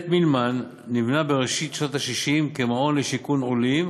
בית-מילמן נבנה בראשית שנות ה-60 כמעון לשיכון עולים